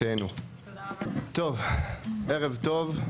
ערב טוב,